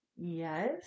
yes